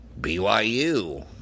BYU